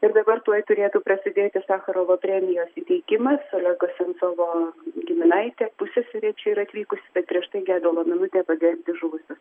ir dabar tuoj turėtų prasidėti sacharovo premijos įteikimas olego sensovo giminaitė pusseserė čia yra atvykusi bet prieš tai gedulo minutė pagerbti žuvusius